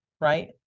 right